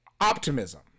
optimism